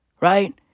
Right